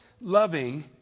loving